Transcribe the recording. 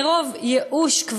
מרוב ייאוש,